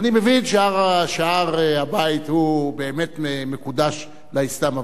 אני מבין שהר-הבית הוא באמת מקודש לאסלאם,